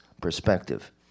perspective